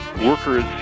workers